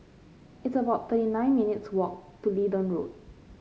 it's about thirty nine minutes' walk to Leedon Road